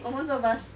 confirm 坐 bus